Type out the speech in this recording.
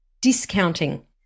discounting